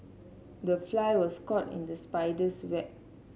the fly was caught in the spider's web